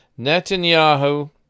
Netanyahu